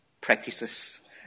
practices